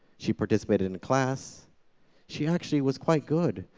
she participated in class she actually was quite good.